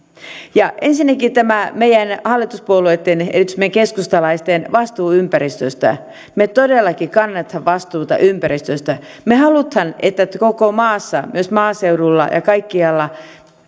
ensinnäkin tämä meidän hallituspuolueitten erityisesti meidän keskustalaisten vastuu ympäristöstä me todellakin kannamme vastuuta ympäristöstä me haluamme että koko maassa myös maaseudulla kaikkialla